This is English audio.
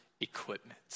equipment